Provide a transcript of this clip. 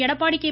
Edappadi K